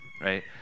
right